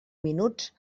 minuts